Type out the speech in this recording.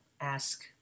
ask